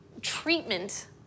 treatment